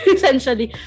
Essentially